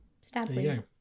Stably